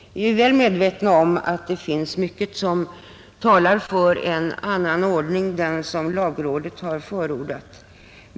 Vi är väl medvetna om att det finns mycket som talar för en annan ordning — den som lagrådet har förordat.